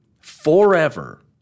forever